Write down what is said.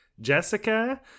Jessica